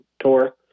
tour